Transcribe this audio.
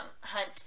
hunt